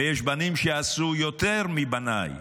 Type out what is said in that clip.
ויש בנים שעשו יותר מבניי.